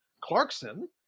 Clarkson